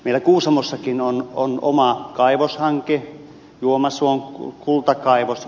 meillä kuusamossakin on oma kaivoshanke juomasuon kultakaivos